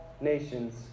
nations